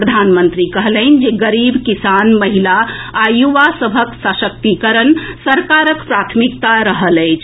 प्रधानमंत्री कहलनि जे गरीब किसान महिला आ यूवा सभक सशक्तिकरण सरकारक प्राथमिकता रहल अछि